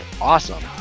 Awesome